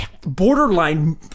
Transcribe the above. borderline